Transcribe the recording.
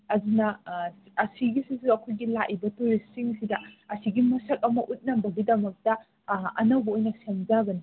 ꯑꯗꯨꯅ ꯑꯁꯤꯒꯤꯁꯤꯁꯨ ꯑꯩꯈꯣꯏꯒꯤ ꯂꯥꯛꯂꯤꯕ ꯇꯨꯔꯤꯁꯁꯤꯡꯁꯤꯗ ꯑꯁꯤꯒꯤ ꯃꯁꯛ ꯑꯃ ꯎꯠꯅꯕꯒꯤꯗꯃꯛꯇ ꯑꯅꯧꯕ ꯑꯣꯏꯅ ꯁꯦꯝꯖꯕꯅꯤ